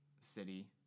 city